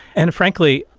and frankly,